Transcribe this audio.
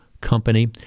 company –